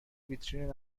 ویترین